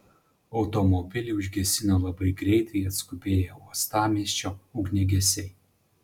automobilį užgesino labai greitai atskubėję uostamiesčio ugniagesiai